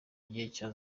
gihe